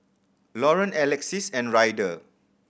Lauren Alexis and Ryder